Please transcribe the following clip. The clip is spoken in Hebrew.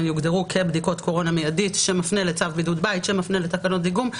כבדיקות קורונה מידית שמפנה לצו בידוד בית שמפנה לתקנות דיגום.